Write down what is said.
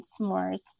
s'mores